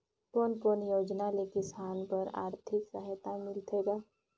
कोन कोन योजना ले किसान बर आरथिक सहायता मिलथे ग?